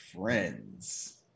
Friends